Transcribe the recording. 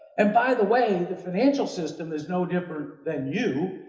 and by the way, the financial system is no different than you.